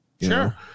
Sure